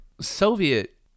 Soviet